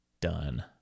Done